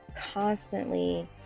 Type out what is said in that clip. Constantly